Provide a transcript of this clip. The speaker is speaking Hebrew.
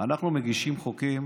אנחנו מגישים חוקים